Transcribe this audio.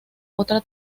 otra